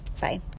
Bye